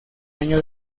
año